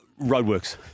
roadworks